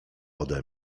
ode